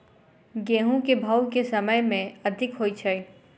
गेंहूँ केँ भाउ केँ समय मे अधिक होइ छै?